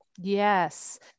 Yes